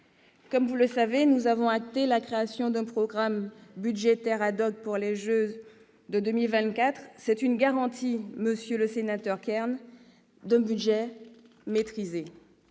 sociale. Vous le savez, nous avons acté la création d'un programme budgétaire pour les Jeux de 2024. C'est une garantie, monsieur Kern, d'un budget maîtrisé.